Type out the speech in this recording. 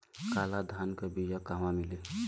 काला धान क बिया कहवा मिली?